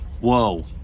Whoa